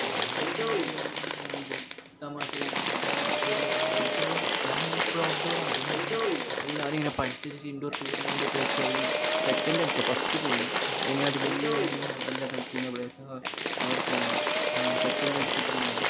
പിന്നെ ഇങ്ങനേ ഇത് തമാശകളും പിന്നെ വലിയൊരു ഒരിക്കൽ നമ്മൾ എപ്പോഴും ഔട്ഡോറാണ് എല്ലാവരും ഇങ്ങനെ പഠിച്ചുവെച്ചേച്ച് ഇൻഡോർ ടൂർണമെൻ്റൊക്കെ വെച്ച് അതിൽ സെക്കൻഡടിച്ചു ഫസ്റ്റ് പോയി ഇനി അവിടെ വലിയ രണ്ടു മൂന്നാൾ നല്ല കളിക്കുന്ന പ്ലെയേസാണ് അവർക്കാണ് അങ്ങനെ സെക്കൻഡടിച്ചിട്ടുണ്ടായി